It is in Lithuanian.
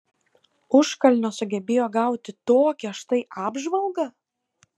užkalnio sugebėjo gauti tokią štai apžvalgą